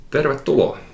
Tervetuloa